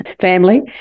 family